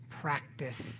Practice